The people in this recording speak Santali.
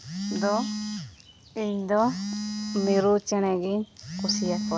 ᱫᱚ ᱤᱧ ᱫᱚ ᱢᱤᱨᱩ ᱪᱮᱬᱮ ᱜᱮᱧ ᱠᱩᱥᱤᱭᱟᱠᱚᱣᱟ